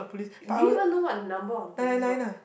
do you even know what the number of the police was